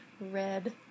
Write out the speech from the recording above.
Red